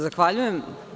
Zahvaljujem.